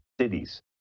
cities